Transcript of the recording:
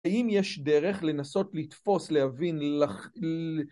האם יש דרך לנסות לתפוס, להבין, ל...